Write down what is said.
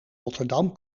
rotterdam